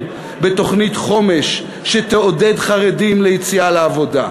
בתוכנית חומש שתעודד חרדים ליציאה לעבודה.